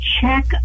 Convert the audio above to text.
check